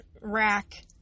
rack